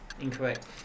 Incorrect